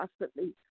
constantly